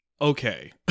Okay